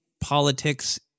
politics